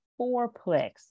fourplex